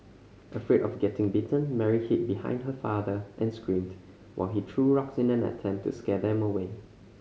afraid of getting bitten Mary hid behind her father and screamed while he threw rocks in an attempt to scare them away